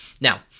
Now